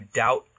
doubt